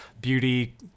beauty